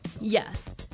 yes